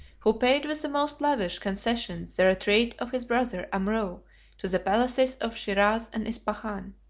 who paid with the most lavish concessions the retreat of his brother amrou to the palaces of shiraz and ispahan.